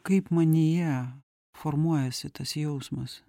kaip manyje formuojasi tas jausmas